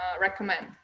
recommend